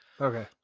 Okay